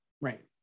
Right